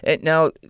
Now